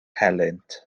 helynt